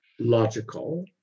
logical